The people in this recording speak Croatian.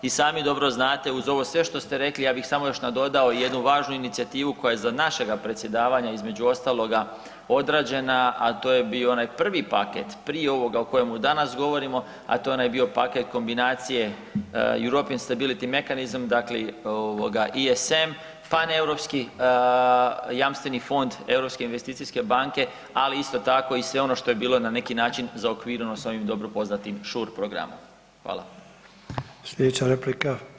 I sami dobro znate uz ovo sve što ste rekli ja bih samo još nadodao jednu važnu inicijativu koja je za našega predsjedavanja između ostaloga odrađena, a to je bio onaj prvi paket, prije ovoga o kojemu danas govorimo, a to je onaj bio paket kombinacije European Stability Mechanism, dakle ovoga ISM, Paneuropski jamstveni fond Europske investicijske banke, ali isto tako i sve ono što je bilo na neki način zaokvireno s ovim dobro poznatim Shore Programom.